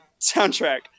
soundtrack